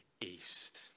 east